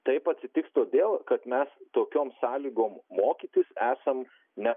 taip atsitiks todėl kad mes tokiom sąlygom mokytis esam ne